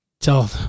tell